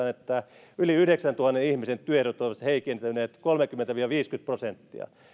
että yli yhdeksäntuhannen ihmisen työehdot olisivat heikentyneet kolmekymmentä viiva viisikymmentä prosenttia